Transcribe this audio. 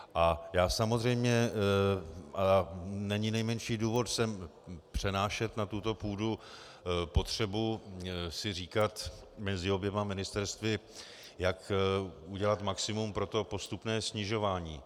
A samozřejmě, není nejmenší důvod sem přenášet, na tuto půdu, potřebu si říkat mezi oběma ministerstvy, jak udělat maximum pro to postupné snižování.